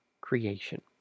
creation